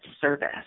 service